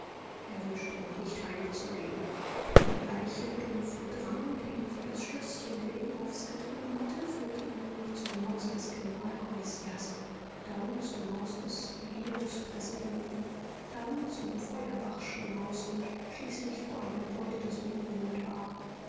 er wünschte noch nicht heimzugehen der gleiche dumpfe drang der ihn vor das schlößchen der imhoffs getrieben hatte führte ihn noch zum hause des generalkommissärs dann zum haus des regierungspräsidenten dann zum feuerbachschen haus und schließlich vor ein gebäude das unbewohnt war